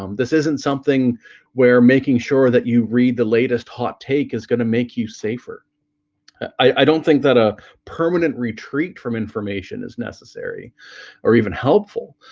um this isn't something we're making sure that you read the latest hot take is gonna make you safer i, i don't think that a permanent retreat from information is necessary or even helpful